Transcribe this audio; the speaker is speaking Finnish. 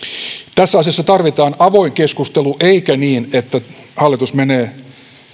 tässä asiassa tarvitaan avoin keskustelu eikä niin että hallitus menee